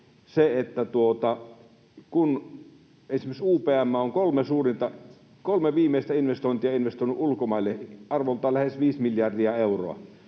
kun esimerkiksi UPM on kolme viimeistä investointiaan investoinut ulkomaille — arvoltaan lähes viisi miljardia euroa